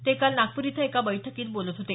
ते काल नागपूर इथं एका बैठकीत बोलत होते